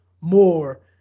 more